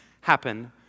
happen